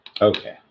Okay